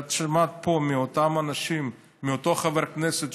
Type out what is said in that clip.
כשאת שומעת פה מאותם אנשים מאותו חבר כנסת,